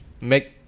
Make